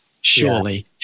surely